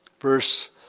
verse